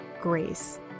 grace